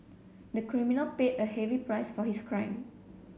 the criminal paid a heavy price for his crime